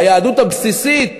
והיהדות הבסיסית